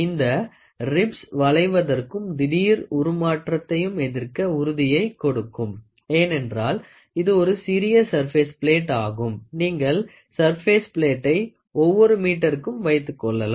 இந்த ரிப்ஸ் வளைவதற்கும் திடீர் உருமாற்றத்தையும் எதிர்க்க உறுதியை கொடுக்கும் ஏனென்றால் இது ஒரு சிறிய சர்பேஸ் பிலேட் ஆகும் நீங்கள் சர்பேஸ் பிலேட்டை ஒவ்வொரு மீட்டருக்கும் வைத்துக்கொள்ளலாம்